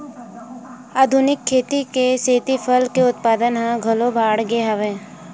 आधुनिक खेती के सेती फसल के उत्पादन ह घलोक बाड़गे हवय